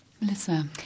Melissa